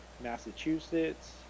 Massachusetts